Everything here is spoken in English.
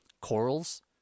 corals